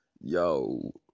yo